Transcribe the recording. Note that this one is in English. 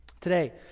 Today